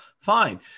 fine